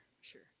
sure